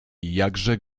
jakże